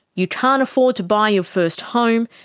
you can't afford to buy your first home,